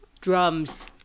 Drums